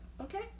okay